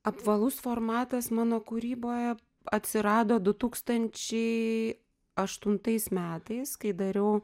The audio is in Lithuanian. apvalus formatas mano kūryboje atsirado du tūkstančiai aštuntais metais kai dariau